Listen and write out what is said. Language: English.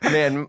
Man